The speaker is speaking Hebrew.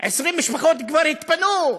עשרים משפחות כבר התפנו.